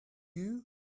you